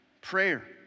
prayer